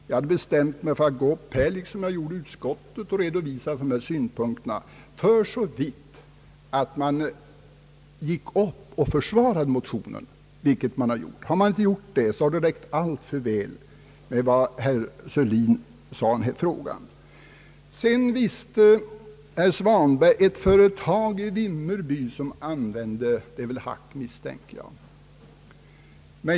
Jag bestämde mig för att gå upp här, såsom jag gjorde i utskottet, och redovisa mina synpunkter — om man gick upp och försvarade motionen, vilket man har gjort. I annat fall hade det räckt alltför väl med vad herr Sörlin anförde i denna fråga. Herr Svanström visste att ett företag i Vimmerby eldade med avfall — det var väl hack misstänker jag.